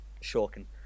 shocking